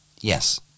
Yes